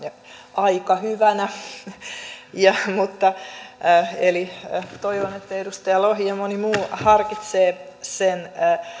aika hyvänä eli toivon että edustaja lohi ja moni muu harkitsee sen